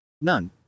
None